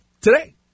today